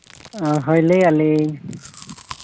ᱦᱳᱭ ᱞᱟᱹᱭ ᱟᱹᱞᱤᱧ